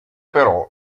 però